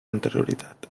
anterioritat